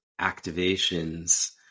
activations